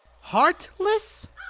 Heartless